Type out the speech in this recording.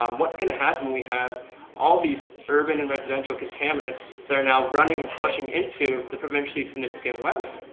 um what's going to happen when you have all these urban and residential contaminants that are now running and flushing into the provincially significant wetland.